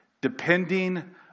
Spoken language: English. Depending